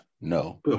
No